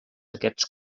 aquests